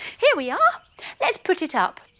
here we are let's put it up.